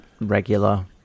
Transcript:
regular